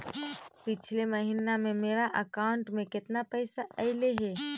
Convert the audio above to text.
पिछले महिना में मेरा अकाउंट में केतना पैसा अइलेय हे?